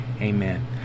Amen